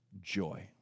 Joy